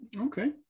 Okay